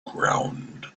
ground